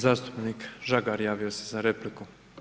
Zastupnik Žagar javio se za repliku.